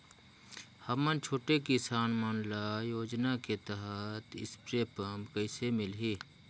हमन छोटे किसान मन ल योजना के तहत स्प्रे पम्प कइसे मिलही?